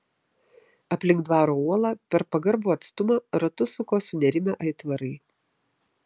aplink dvaro uolą per pagarbų atstumą ratus suko sunerimę aitvarai